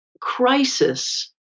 crisis